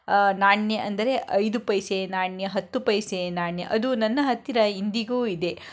ನಾಣ್ಯ ಅಂದರೆ ಐದು ಪೈಸೆಯ ನಾಣ್ಯ ಹತ್ತು ಪೈಸೆಯ ನಾಣ್ಯ ಅದು ನನ್ನ ಹತ್ತಿರ ಇಂದಿಗೂ ಇದೆ